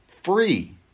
Free